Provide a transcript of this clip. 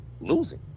losing